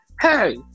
hey